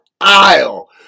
aisle